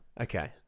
Okay